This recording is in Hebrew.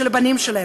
של הבנים שלהן.